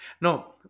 No